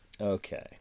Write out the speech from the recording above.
Okay